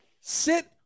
sit